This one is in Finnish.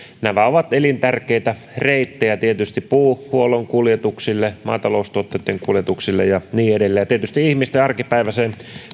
nämä ovat elintärkeitä reittejä tietysti puuhuollon kuljetuksille maataloustuotteitten kuljetuksille ja niin edelleen ja tietysti ihmisten arkipäiväiseen